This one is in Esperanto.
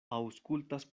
aŭskultas